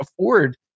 afford